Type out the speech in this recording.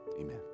Amen